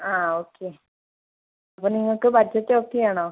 ആ ഓക്കെ അപ്പോള് നിങ്ങള്ക്ക് ബഡ്ജറ്റ് ഓക്കെയാണോ